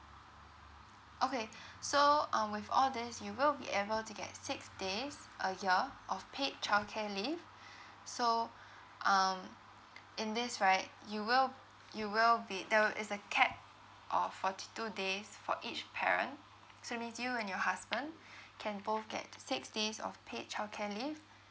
okay so um with all these you will be able to get six days a year of paid childcare leave so um in this right you will you will be there will is a cap of forty two days for each parent so that means you and your husband can both get six days of paid childcare leave